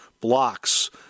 blocks